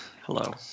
Hello